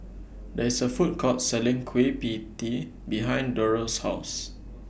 There IS A Food Court Selling Kueh B Tee behind Durell's House